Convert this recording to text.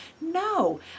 No